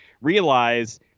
realize